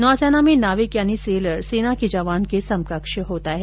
नौसेना में नाविक यानी सेलर सेना के जवान के समकक्ष होता है